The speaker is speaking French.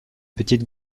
petite